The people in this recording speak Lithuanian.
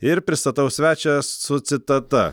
ir pristatau svečią su citata